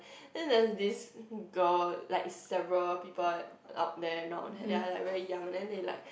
it does this girls like several people out there they are like very young and they like